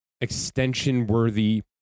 extension-worthy